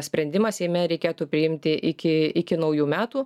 sprendimą seime reikėtų priimti iki iki naujų metų